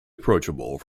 approachable